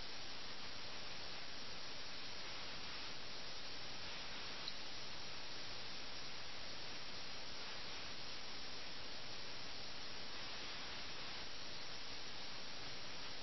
സുഖഭോഗങ്ങൾക്കായി തടവുകാരായി മാറുന്നു ഉറങ്ങുക എന്ന ആശയവും വളരെ രസകരമാണ് കാരണം ഈ പ്രത്യേക രാജ്യത്ത് എല്ലാവരും മയക്കുമരുന്ന് കഴിക്കുന്ന അവസ്ഥയിലാണ്